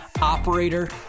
operator